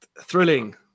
Thrilling